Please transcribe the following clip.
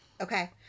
Okay